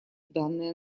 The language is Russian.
данное